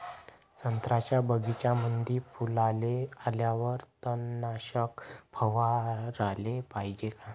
संत्र्याच्या बगीच्यामंदी फुलाले आल्यावर तननाशक फवाराले पायजे का?